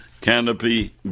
Canopy